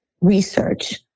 research